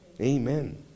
Amen